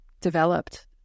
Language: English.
developed